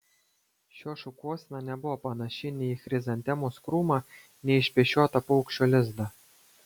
šios šukuosena nebuvo panaši nei į chrizantemos krūmą nei į išpešiotą paukščio lizdą